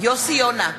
יוסי יונה,